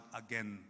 again